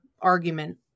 argument